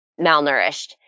malnourished